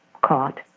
caught